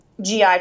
GI